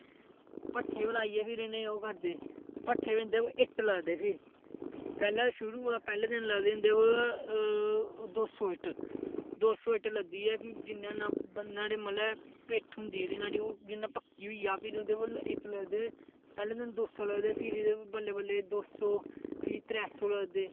भट्ठे बी लाइयै फिर इनें ओह् करदे भट्ठे बी इंदे इट्ट लददे फ्ही पैहलें शुरु कोला पैहले दिन लददे इंदे उप्पर कोई दौ सौ इट्ट दौ सौ इट्ट ऐ फ्ही जिन्ना बनदा न्हाड़े मतलब पिट्ठ होंदी जेहड़ी न्हाड़ी ओह् जियां पक्की होई जा फिर ओहदे उप्पर इट्ट लददे पै्हले दिन दौ सौ लददे फिर एहदे उपर बल्लें बल्लें दो सो त्रै सौ लददे